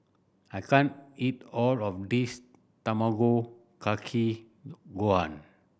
I can't eat all of this Tamago Kake Gohan